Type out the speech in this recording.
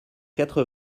quatre